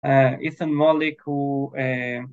איתן מוליק הוא